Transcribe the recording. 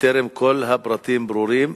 בטרם כל הפרטים ברורים,